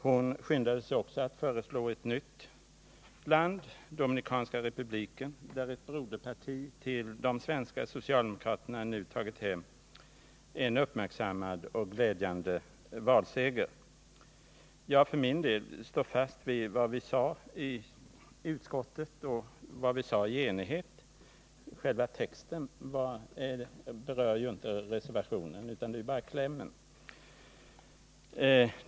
Hon skyndade sig också att föreslå ett nytt land, Dominikanska republiken, där ett broderparti till det svenska socialdemokratiska partiet nu tagit hem en uppmärksammad och glädjande valseger. Jag för min del står fast vid vad vi sade i enighet i utskottet — reservationen berör ju inte själva texten utan bara klämmen.